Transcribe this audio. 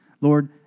Lord